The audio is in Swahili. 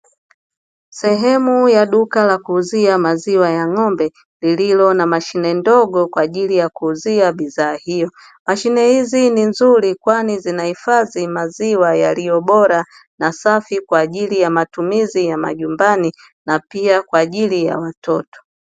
Sehemu ya duka la kuuzia maziwa ya ng'ombe lililo na mshine ndogo kwa ajili ya kuuzia bidhaa hio mashine hizi ni nzuri kwani zinahifadhi maziwa yalio bora na safi kwa matumizi ya nyumbani na pia kwa ajili ya mtoto